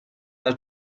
have